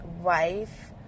wife